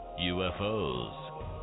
UFOs